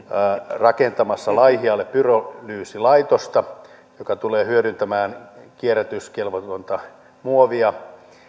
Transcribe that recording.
rakentamassa laihialle pyrolyysilaitosta joka tulee hyödyntämään kierrätyskelvotonta muovia